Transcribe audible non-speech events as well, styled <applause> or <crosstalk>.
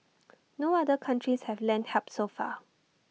<noise> no other countries have lent help so far